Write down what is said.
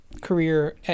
career